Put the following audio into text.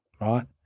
right